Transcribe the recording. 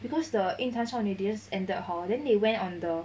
because the 影坛少怒 they just ended hor then they went on the